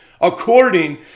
according